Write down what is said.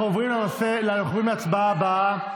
אנחנו עוברים להצבעה הבאה.